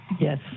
Yes